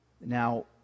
Now